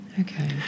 Okay